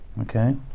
Okay